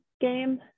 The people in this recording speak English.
game